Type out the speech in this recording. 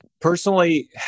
personally